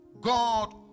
God